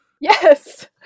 yes